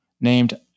named